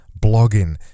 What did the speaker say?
blogging